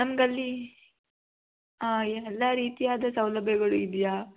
ನಮ್ಗೆ ಅಲ್ಲಿ ಎಲ್ಲ ರೀತಿಯಾದ ಸೌಲಭ್ಯಗಳು ಇದೆಯಾ